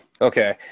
Okay